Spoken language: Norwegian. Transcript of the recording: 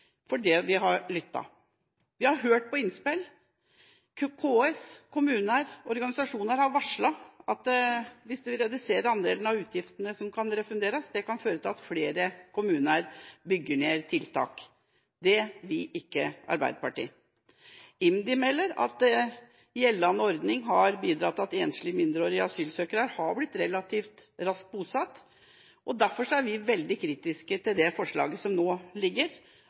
vi har lyttet. Vi har hørt på innspill. KS, kommuner og organisasjoner har varslet at det å redusere andelen av utgiftene som kan refunderes, kan føre til at flere kommuner bygger ned tiltak. Det vil ikke Arbeiderpartiet. IMDi melder at gjeldende ordning har bidratt til at enslige mindreårige asylsøkere har blitt relativt raskt bosatt. Derfor er vi veldig kritisk til